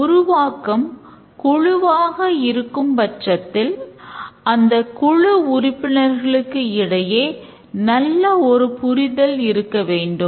உருவாக்கம் குழுவாக இருக்கும் பட்சத்தில் அந்தக் குழு உறுப்பினர்களுக்கு இடையே நல்ல ஒரு புரிதல் இருக்கவேண்டும்